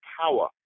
power